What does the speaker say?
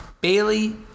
Bailey